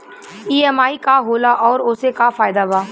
EMI का होला और ओसे का फायदा बा?